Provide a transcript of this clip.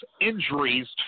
injuries